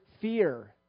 fear